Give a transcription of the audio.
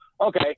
Okay